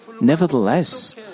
Nevertheless